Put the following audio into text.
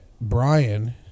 Brian